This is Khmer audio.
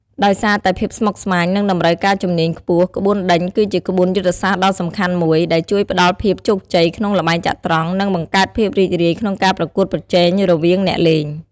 ដោយសារតែភាពស្មុគស្មាញ និងតម្រូវការជំនាញខ្ពស់ ក្បួនដេញគឺជាក្បួនយុទ្ធសាស្ត្រដ៏សំខាន់មួយ ដែលជួយផ្តល់ភាពជោគជ័យក្នុងល្បែងចត្រង្គ និងបង្កើតភាពរីករាយក្នុងការប្រកួតប្រជែងរវាងអ្នកលេង។